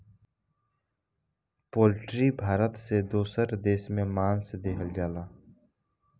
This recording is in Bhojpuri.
पोल्ट्री भारत से दोसर देश में मांस देहल जाला